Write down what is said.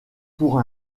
pour